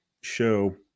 show